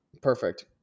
Perfect